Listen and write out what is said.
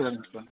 சரிங்க சார்